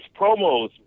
promos